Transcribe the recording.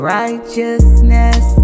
righteousness